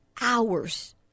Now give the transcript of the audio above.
hours